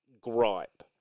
gripe